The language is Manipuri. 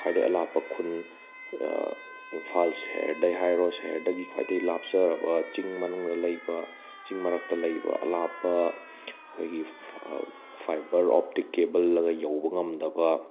ꯈ꯭ꯋꯥꯏꯗꯒꯤ ꯑꯂꯥꯞꯄ ꯈꯨꯟ ꯏꯝꯐꯥꯜ ꯁꯦꯍꯔꯗꯩ ꯍꯥꯏꯔꯣ ꯁꯍꯔꯗꯒꯤ ꯈ꯭ꯋꯥꯏꯗꯩ ꯂꯥꯞꯆꯔꯕ ꯆꯤꯡ ꯃꯅꯨꯡꯗ ꯂꯩꯕ ꯆꯤꯡ ꯃꯔꯛꯇ ꯂꯩꯕ ꯑꯂꯥꯞꯄ ꯑꯩꯈꯣꯏꯒꯤ ꯐꯥꯏꯕꯔ ꯑꯣꯞꯇꯤꯛ ꯀꯦꯕꯜꯅꯒ ꯌꯧꯕ ꯉꯝꯗꯕ